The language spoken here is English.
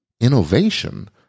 innovation